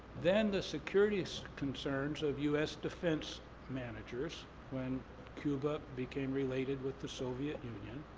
then the securities concerns of u s. defense managers when cuba became related with the soviet union,